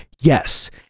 Yes